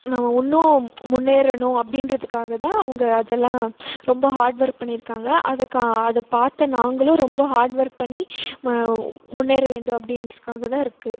ம இன்னும் முன்னேறனும் அப்படின்றதுக்காக தான் அவங்க அதெல்லா ரொம்ப ஹார்ட் ஒர்க் பண்ணியிருக்காங்க அதுக்கு அதை பார்த்த நாங்களும் ரொம்ப ஹார்ட் ஒர்க் பண்ணி முன்னேற வேண்டும் அப்படின்றதுக்காக தான் இருக்குது